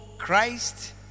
Christ